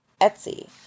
Etsy